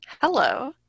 hello